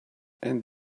and